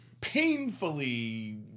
painfully